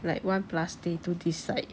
like one plus day to decide